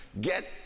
get